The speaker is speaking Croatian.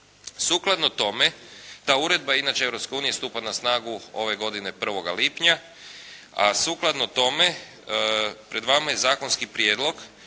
Sukladno tome ta uredba inače Europske unije stupa na snagu ove godine 1. lipnja, a sukladno tome pred vama je zakonski prijedlog